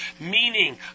Meaning